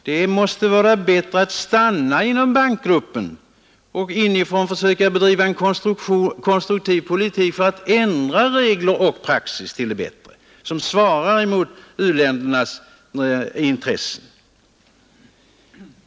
Det måste vara bättre att stanna i Bankgruppen och inifrån bedriva en konstruktiv kritik för att söka ändra regler och praxis till det bättre.